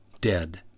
dead